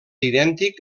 idèntic